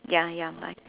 ya ya bye